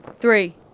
Three